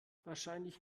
wahrscheinlich